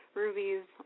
rubies